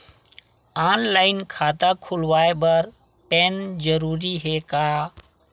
Online खाता खुलवाय बर पैन जरूरी हे का?